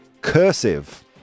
cursive